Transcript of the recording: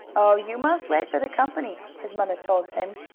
oh, you must wait for the company, his mother told him.